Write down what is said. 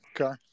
Okay